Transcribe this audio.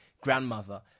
grandmother